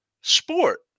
sport